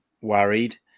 worried